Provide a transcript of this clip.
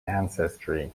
ancestry